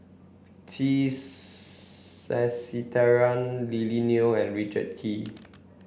T Sasitharan Lily Neo and Richard Kee